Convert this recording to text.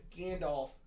Gandalf